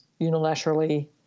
unilaterally